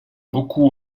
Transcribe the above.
beaucoup